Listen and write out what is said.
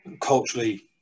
culturally